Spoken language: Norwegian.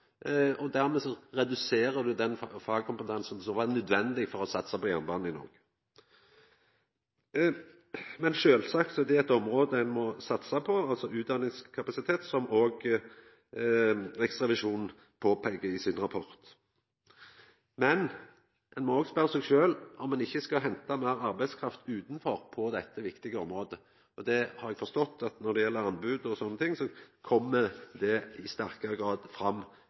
og dermed reduserte ein den fagkompetansen som var nødvendig for å satsa på jernbanen i Noreg. Men sjølvsagt er utdanningskapasitet noko ein må satsa på, som òg Riksrevisjonen peiker på i sin rapport. Men ein må spørja seg sjølv om ein ikkje skal henta meir arbeidskraft utanfrå på dette viktige området. Eg har forstått at når det gjeld anbod og slikt, kjem det i sterkare grad fram